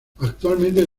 actualmente